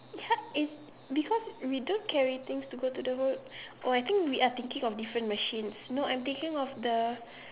ya it's because we don't carry things to go the road oh I think we are thinking of different machines no I'm thinking of the